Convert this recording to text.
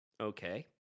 Okay